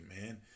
man